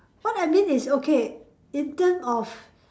what I mean is okay in terms of